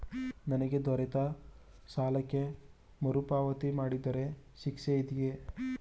ನನಗೆ ದೊರೆತ ಸಾಲಕ್ಕೆ ಮರುಪಾವತಿ ಮಾಡದಿದ್ದರೆ ಶಿಕ್ಷೆ ಇದೆಯೇ?